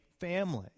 family